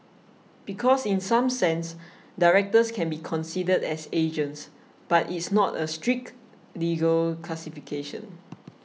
because in some sense directors can be considered as agents but it's not a strict legal classification